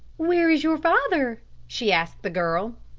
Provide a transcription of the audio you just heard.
where is your father? she asked the girl.